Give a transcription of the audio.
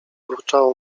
burczało